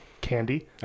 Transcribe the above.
Candy